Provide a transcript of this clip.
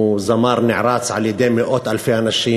הוא זמר נערץ על-ידי מאות אלפי אנשים.